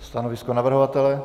Stanovisko navrhovatele?